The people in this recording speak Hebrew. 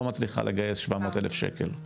לא מצליחה לגייס כ-700 אלף שקל.